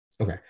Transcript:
Okay